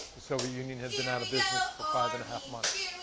the soviet union had been out of business for five and a half months.